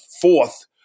fourth